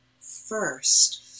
first